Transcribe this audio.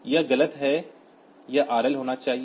यह गलत है यह RL होना चाहिए